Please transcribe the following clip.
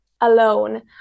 alone